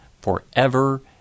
forever